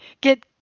get